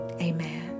amen